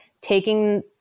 taking